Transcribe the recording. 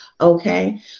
Okay